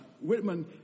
Whitman